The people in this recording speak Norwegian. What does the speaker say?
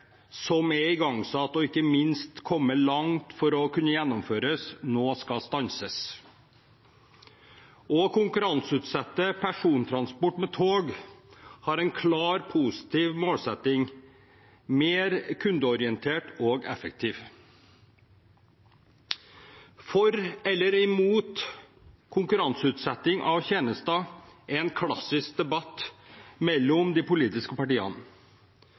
som er igangsatt, og som man, ikke minst, er kommet langt i å kunne gjennomføre, skal stanses. Å konkurranseutsette persontransport med tog har en klar positiv målsetting: mer kundeorientert og effektiv. For eller imot konkurranseutsetting av tjenester er en klassisk debatt mellom de politiske partiene.